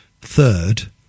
third